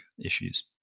issues